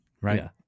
right